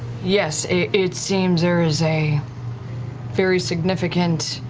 yes, it seems there is a very significant.